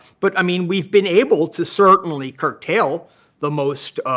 but i mean, we've been able to certainly curtail the most